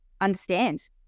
understand